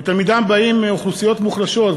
ותלמידיו באים מאוכלוסיות מוחלשות,